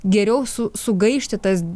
geriau su sugaišti tas